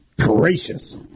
Gracious